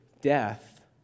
death